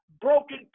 broken